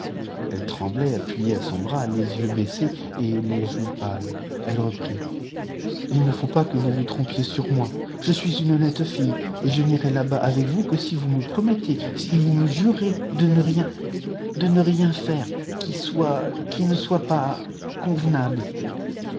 elle tremblait appuyée à son bras les yeux baissés et les joues paies elle reprit ii ne faut pas que vous vous trompiez sur moi je suis une honnête fille et je n'irai là-bas avec vous que si vous me promettez si vous me jurez de ne rien de ne rien ture qui soit qui ne soit pas convenable